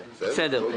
בסדר.